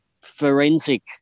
forensic